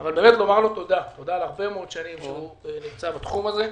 אבל לומר לו תודה על הרבה מאוד שנים שהוא נמצא בתחום הזה.